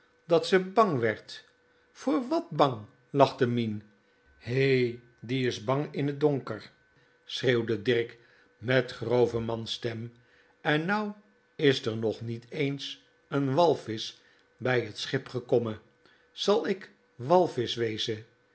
dat ze bang werd voor wat bang lachte mien hè die is bang in t donker schreeuwde dirk met grove mansstem en nou is d'r nog niet eens n walvisch bij t schip gekomme sal i k walvisch weze